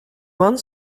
one